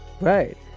right